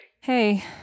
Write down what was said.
Hey